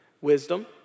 Wisdom